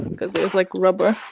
because there's, like, rubber.